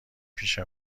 پیش